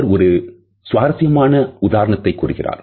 அவர் ஒரு சுவாரசியமான உதாரணத்தை கூறுகிறார்